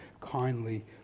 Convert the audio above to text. kindly